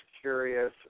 curious